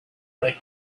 right